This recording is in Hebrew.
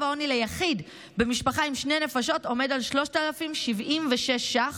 העוני ליחיד במשפחה עם שתי נפשות עומד על 3,076 ש"ח,